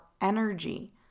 energy